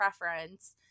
preference